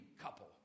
couple